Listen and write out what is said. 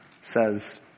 says